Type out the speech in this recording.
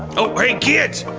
oh hey, kids,